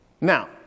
Now